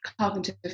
cognitive